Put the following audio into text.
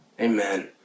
Amen